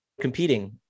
competing